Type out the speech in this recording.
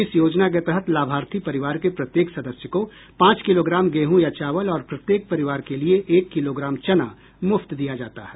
इस योजना के तहत लाभार्थी परिवार के प्रत्येक सदस्य को पांच किलोग्राम गेहूं या चावल और प्रत्येक परिवार के लिए एक किलोग्राम चना मुफ्त दिया जाता है